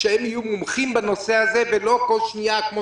שיהיו מומחים בנושא הזה ולא כל שנייה כמו